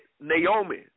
Naomi